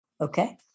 Okay